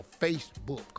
Facebook